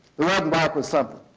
the red and black was something.